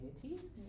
communities